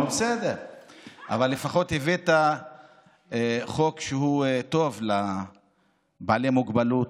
אבל לפחות הבאת חוק שהוא טוב לבעלי מוגבלות,